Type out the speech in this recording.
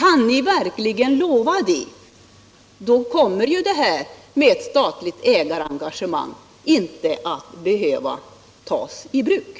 Om ni kan lova det — ja, då behöver ju ett statligt ägarengagemang aldrig tillgripas.